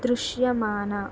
దృశ్యమాన